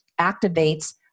activates